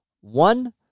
One